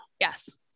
Yes